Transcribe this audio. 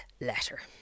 letter